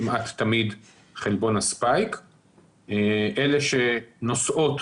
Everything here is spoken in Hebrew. כמעט תמיד חלבון ה-spike; אלה שנושאות